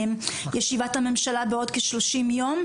תעלה לישיבת הממשלה בעוד כשלושים יום,